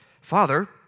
Father